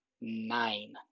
nine